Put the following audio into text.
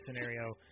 scenario